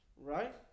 right